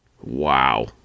Wow